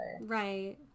Right